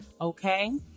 Okay